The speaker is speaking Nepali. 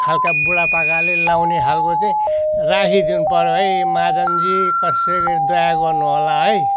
खालका बुढापाकाले लाउने खाल्को चाहिँ राखिदिनुपऱ्यो है महाजनजी कसरी दया गर्नुहोला है